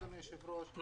אדוני היושב-ראש,